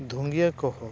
ᱫᱷᱩᱝᱜᱤᱭᱟᱹ ᱠᱚᱦᱚᱸ